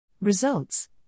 Results